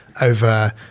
over